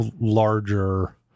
larger